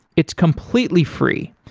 it's completely free,